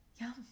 Yum